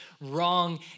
wrong